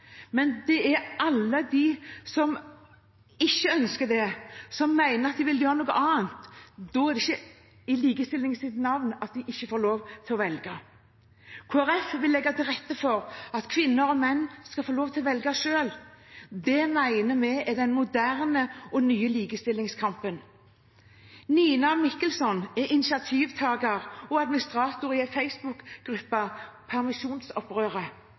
Men for alle dem som ikke ønsker det, som mener at de vil gjøre noe annet, er det ikke i likestillingens navn at de ikke får lov til å velge. Kristelig Folkeparti vil legge til rette for at kvinner og menn skal få lov til å velge selv. Det mener vi er den moderne og nye likestillingskampen. Nina Mikkelson er initiativtaker og administrator i facebookgruppen Permisjonsopprøret,